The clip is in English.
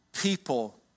people